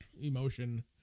emotion